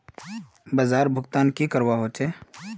बाजार भुगतान की करवा होचे?